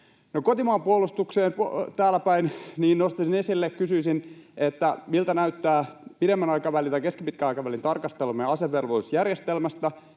Kotimaan puolustukseen. Täällä nostaisin esille, kysyisin, miltä näyttää pidemmän aikavälin tai keskipitkän aikavälin tarkastelu meidän asevelvollisuusjärjestelmästä.